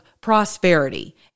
prosperity